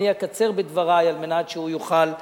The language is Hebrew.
אני אקצר בדברי כדי שהוא יוכל לדבר.